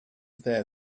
there